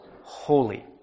holy